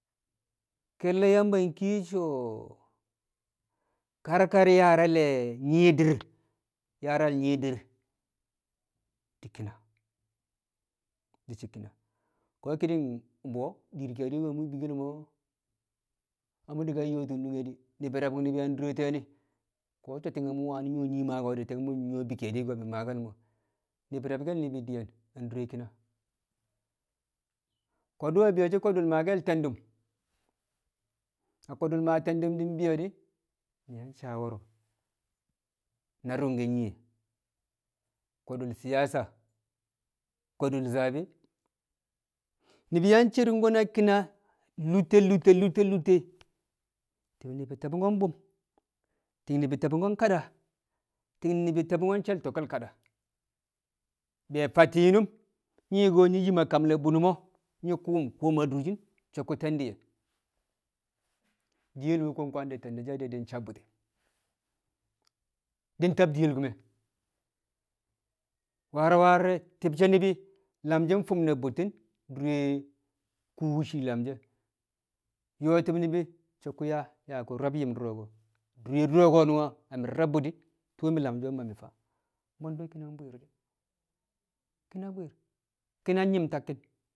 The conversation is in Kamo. Ke̱lle̱ Yamba nkiye so̱ kar kar yaara le̱ nyi̱i̱di̱r, yaara nyi̱i̱di̱r di̱ ki̱na di̱ shi̱ ki̱na ko̱ ki̱ni̱ng bu̱yo̱ dir ke̱e̱di̱ mu̱ bikkel mi̱ na mu̱ ka yo̱o̱ti̱n nunge di̱ ni̱bi̱ re̱bu̱ng ni̱bi̱ a dure te̱e̱ ni ko̱ ti̱ng mu̱ wani̱ nyu̱wo̱ nyii Maa ti̱ng mu̱ nyu̱wo̱ bi ke̱e̱di̱ ko̱ maake̱l mo̱. Ni̱bi̱ re̱bke̱l ni̱bi̱ diyen a dure ki̱na ko̱du̱ we̱ bi̱yo̱ ko̱du̱ maake̱l te̱ndu̱m, a ko̱du̱l maake̱l te̱ndu̱m di̱ bi̱yo̱ di̱ mi̱ saa wo̱ro̱ na ru̱ngke̱ nyiye ko̱du̱l siyasa ko̱du̱l zabe ni̱bi̱ yang ceroko na ki̱na lu̱tte̱ lu̱tte̱ lu̱tte̱ lu̱ttẹ ti̱b ni̱bi̱ te̱mmo̱ bu̱m ti̱b te̱mmo̱ kada, ni̱bi̱ te̱mmo̱ she̱l tokkel kada, bee fatti̱n nyinum, nyi̱ yim a kam ne̱ bu̱nu̱n mo̱ nyi̱ ku̱mku̱m adurshin so̱ ku̱ te̱ndi̱ di̱ ye̱, diyel wu̱ kwangdi̱ te̱ndi̱ she̱ di̱ nsabbu̱ti̱ di̱ tab diyel ku̱me̱. Warwar de̱ ti̱bshe̱ ni̱bi̱ lam shi̱ fi̱m ne̱ bu̱tti̱n dure kuu wu̱ shii lam she̱, nyo̱o̱ ti̱b ni̱bi̱ so̱ yaa yaa ku̱ re̱b yum du̱ro̱ ko̱ dure du̱ro̱ ko̱ na mi̱ re̱b bu̱ di̱ tu̱u̱ lamshe̱ ma nu na bwendu ki̱na bwi̱i̱r de̱ ki̱na bwi̱i̱r ki̱na nyi̱m takki̱n